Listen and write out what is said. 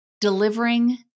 delivering